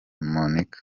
monica